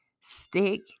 stick